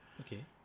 Okay